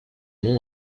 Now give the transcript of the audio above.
nom